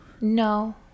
No